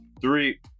Three